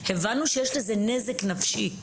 המדינה,